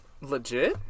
Legit